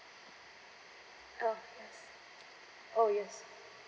oh oh yes